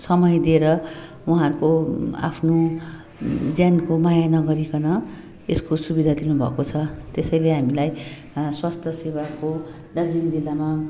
समय दिएर उहाँहरूको आफ्नो ज्यानको माया नगरिकन यसको सविधा दिनुभएको छ त्यसैले हामीलाई स्वास्थ्य सेवाको दार्जिलिङ जिल्लामा